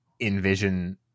envision